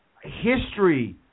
history